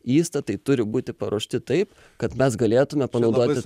įstatai turi būti paruošti taip kad mes galėtume panaudoti